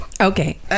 okay